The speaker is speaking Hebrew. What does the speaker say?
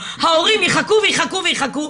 ההורים יחכו ויחכו ויחכו,